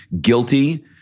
guilty